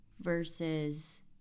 Versus